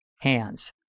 hands